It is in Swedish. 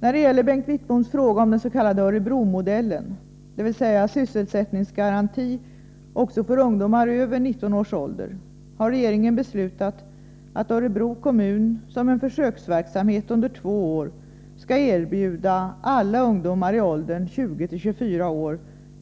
När det gäller Bengt Wittboms fråga om den s.k. Örebromodellen, dvs. sysselsättningsgaranti också för ungdomar över 19 års ålder, har regeringen beslutat att Örebro kommun som en försöksverksamhet under två år skall erbjuda alla ungdomar i åldern 20-24 år